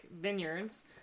Vineyards